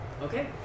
Okay